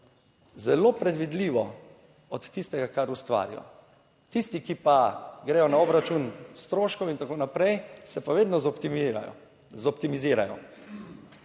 zelo predvidljivo od tistega, kar ustvarijo. Tisti, ki pa gredo na obračun stroškov in tako naprej, se pa vedno zoptimizirajo.